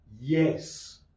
Yes